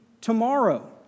tomorrow